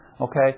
Okay